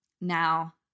Now